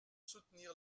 soutenir